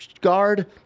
guard